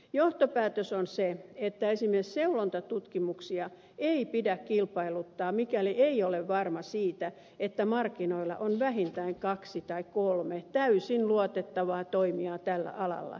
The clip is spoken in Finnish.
johtopäätös on se että esimerkiksi seulontatutkimuksia ei pidä kilpailuttaa mikäli ei olla varmoja siitä että markkinoilla on vähintään kaksi tai kolme täysin luotettavaa toimijaa tällä alalla